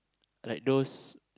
like those